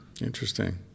Interesting